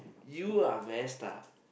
you are messed up